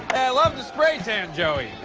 i love the spray tan, joey.